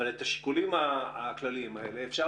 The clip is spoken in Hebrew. אבל את השיקולים הכלליים האלה אפשר